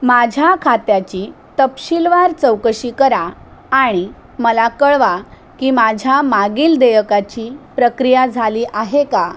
माझ्या खात्याची तपशीलवार चौकशी करा आणि मला कळवा की माझ्या मागील देयकाची प्रक्रिया झाली आहे का